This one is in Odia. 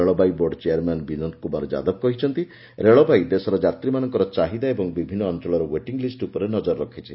ରେଳବାଇ ବୋର୍ଡ ଚେୟାର୍ମ୍ୟାନ୍ ବିନୋଦ କୁମାର ଯାଦବ କହିଛନ୍ତି ରେଳବାଇ ଦେଶର ଯାତ୍ରୀମାନଙ୍କର ଚାହିଦା ଓ ବିଭିନ୍ନ ଅଞ୍ଚଳର ଓ୍ବେଟିଂ ଲିଷ୍ଟ ଉପରେ ନଜର ରଖିଛି